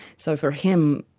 so for him,